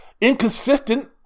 inconsistent